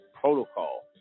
protocol